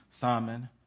Simon